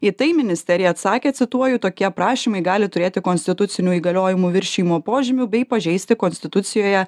į tai ministerija atsakė cituoju tokie prašymai gali turėti konstitucinių įgaliojimų viršijimo požymių bei pažeisti konstitucijoje